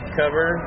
cover